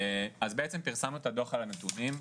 אז פרסמנו את הדו"ח על הנתונים,